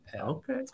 Okay